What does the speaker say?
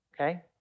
okay